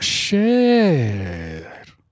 share